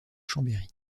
chambéry